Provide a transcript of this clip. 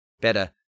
better